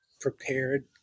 prepared